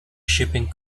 shipping